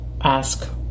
ask